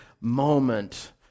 moment